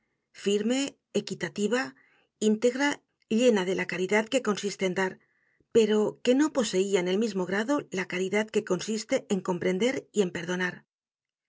firme equitativa íntegra llena de la caridad que consiste en dar pero que no poseia en el mismo grado la caridad que consiste en comprender y en perdonar